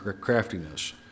craftiness